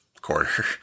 quarter